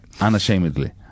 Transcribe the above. unashamedly